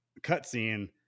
cutscene